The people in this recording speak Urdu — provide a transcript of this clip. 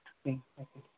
اچھا